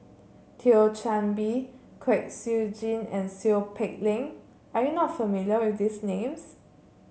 Thio Chan Bee Kwek Siew Jin and Seow Peck Leng are you not familiar with these names